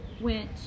went